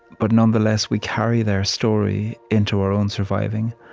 but nonetheless, we carry their story into our own surviving.